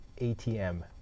ATM